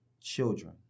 children